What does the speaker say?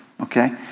Okay